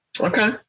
Okay